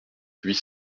huit